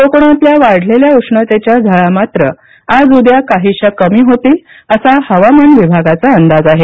कोकणातल्या वाढलेल्या उष्णतेच्या झळा मात्र आज उद्या काहीशा कमी होतील असा हवामान विभागाचा अंदाज आहे